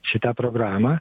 šitą programą